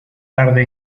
tarde